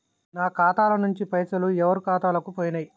నా ఖాతా ల నుంచి పైసలు ఎవరు ఖాతాలకు పోయినయ్?